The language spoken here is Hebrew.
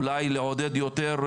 אולי לעודד יותר,